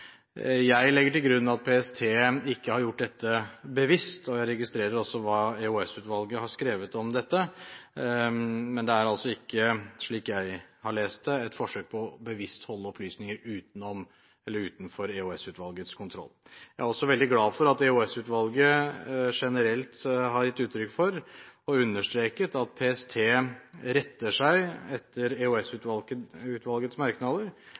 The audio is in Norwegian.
Jeg legger til grunn at PST ikke har gjort dette bevisst. Jeg registrerer også hva EOS-utvalget har skrevet om dette. Men det er altså ikke, slik jeg har lest det, et forsøk på bevisst å holde opplysninger utenfor EOS-utvalgets kontroll. Jeg er også veldig glad for at EOS-utvalget generelt har gitt uttrykk for og understreket at PST retter seg etter EOS-utvalgets merknader, og at de i all hovedsak er enig i utvalgets